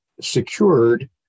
secured